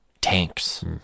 tanks